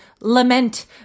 lament